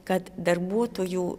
kad darbuotojų